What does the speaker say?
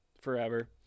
Forever